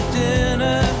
dinner